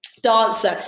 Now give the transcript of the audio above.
dancer